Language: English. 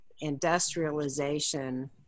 industrialization